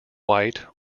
white